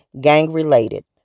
gang-related